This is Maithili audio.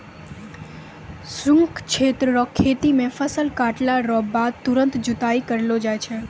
शुष्क क्षेत्र रो खेती मे फसल काटला रो बाद तुरंत जुताई करलो जाय छै